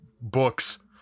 books